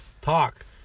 Talk